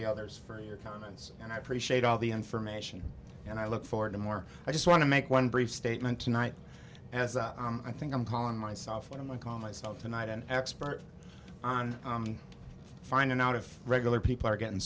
the others for your comments and i appreciate all the information and i look forward to more i just want to make one brief statement tonight as i think i'm calling myself when i call myself tonight an expert on finding out if regular people are getting